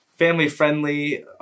family-friendly